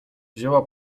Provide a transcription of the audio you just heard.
wzięła